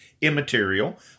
immaterial